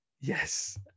yes